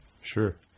Sure